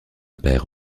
père